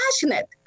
passionate